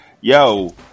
yo